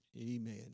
Amen